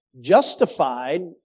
justified